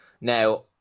Now